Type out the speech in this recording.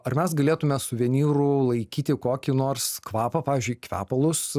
ar mes galėtume suvenyru laikyti kokį nors kvapą pavyzdžiui kvepalus